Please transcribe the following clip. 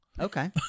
Okay